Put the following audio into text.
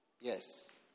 Yes